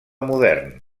modern